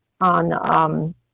on